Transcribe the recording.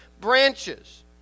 branches